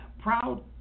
proud